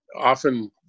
often